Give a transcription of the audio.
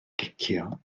gicio